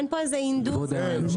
אין פה איזה הינדוס של הנתונים.